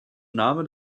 name